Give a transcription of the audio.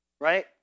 Right